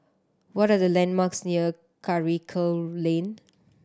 what are the landmarks near Karikal Lane